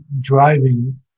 driving